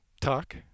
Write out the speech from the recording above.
talk